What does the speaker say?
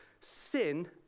sin